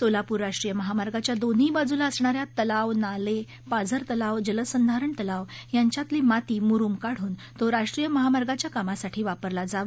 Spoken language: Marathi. सोलापूर राष्ट्रीय महामार्गाच्या दोन्ही बाजूला असणा या तलाव नाले पाझर तलाव जलसंधारण तलाव यांच्यातील माती मुरुम काढून तो राष्ट्रीय महामार्गाच्या कामासाठी वापरला जावा